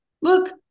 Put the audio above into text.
Look